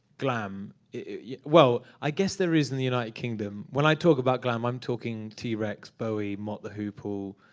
glam. yeah well, i guess there is in the united kingdom. when i talk about glam, i'm talking t. rex, bowie, mott the hoople,